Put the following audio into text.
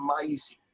amazing